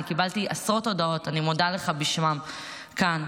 אני קיבלתי עשרות הודעות, ואני מודה לך בשמם כאן,